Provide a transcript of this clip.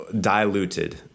diluted